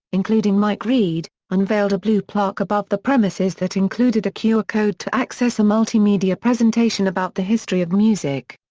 including mike read, unveiled a blue plaque above the premises that included a qr code to access a multimedia presentation about the history of music.